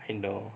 I know